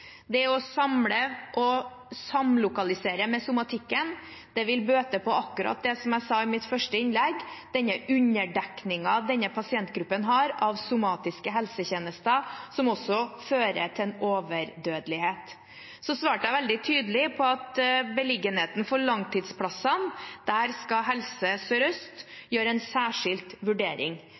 Det å samle og samlokalisere med somatikken vil bøte på akkurat det jeg nevnte i mitt første innlegg: underdekningen av somatiske helsetjenester for denne pasientgruppen, noe som også fører til en overdødelighet. Jeg svarte veldig tydelig på at når det gjelder beliggenheten for langtidsplasser, skal Helse Sør-Øst gjøre en særskilt vurdering.